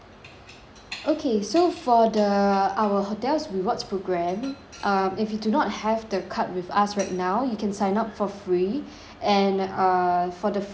okay so for the our hotels rewards program um if you do not have the card with us right now you can sign up for free and err for the free